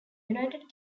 united